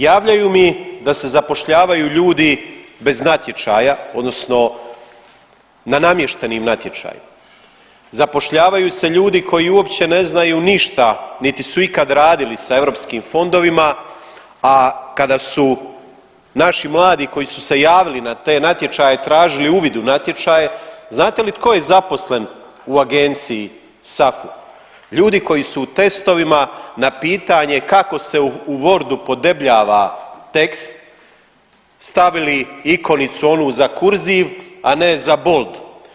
Javljaju mi da se zapošljavaju ljudi bez natječaja odnosno na namještenim natječajima, zapošljavaju se ljudi koji uopće ne znaju ništa niti su ikad radili sa europski fondovima, a kada su naši mladi koji su se javili na te natječaje tražili uvid u natječaje, znate li tko je zaposlen u agenciji SAFU, ljudi koji su u testovima na pitanje kako se u wordu podebljava tekst stavili ikonicu onu za kurziv, a ne za bold.